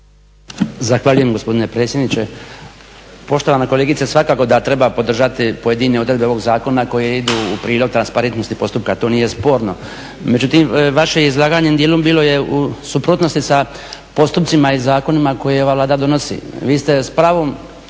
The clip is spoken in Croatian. Zahvaljujem gospodine predsjedniče. Poštovana kolegice, svakako da treba podržati pojedine odredbe ovog zakona koje idu u prilog transparentnosti postupka, to nije sporno. Međutim, vaše izlaganje dijelom bilo je u suprotnosti sa postupcima i zakonima koje ova Vlada donosi. Vi ste s pravom